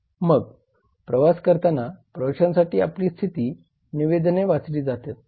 मग प्रवास करताना प्रवाशांसाठी आपली स्थिती निवेदने वाचली जातील